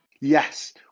Yes